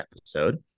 episode